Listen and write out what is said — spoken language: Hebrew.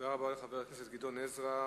תודה רבה לחבר הכנסת גדעון עזרא.